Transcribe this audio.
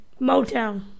Motown